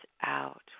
out